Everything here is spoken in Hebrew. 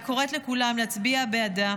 אני קוראת לכולם להצביע בעדה,